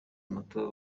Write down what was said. moto